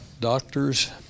doctors